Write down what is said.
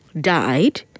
died